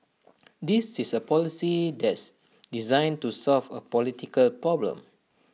this is A policy that's designed to solve A political problem